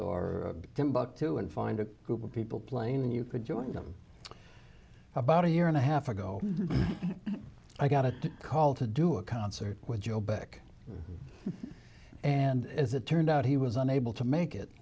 or timbuctoo and find a group of people playing and you could join them about a year and a half ago i got a call to do a concert with joe beck and as it turned out he was unable to make it